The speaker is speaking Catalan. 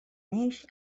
neix